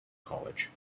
college